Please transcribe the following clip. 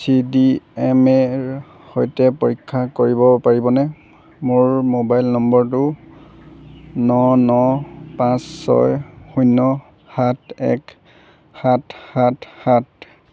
C D M এৰ সৈতে পৰীক্ষা কৰিব পাৰিবনে মোৰ ম'বাইল নম্বৰটো ন ন পাঁচ ছয় শূন্য সাত এক সাত সাত সাত